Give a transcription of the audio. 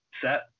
set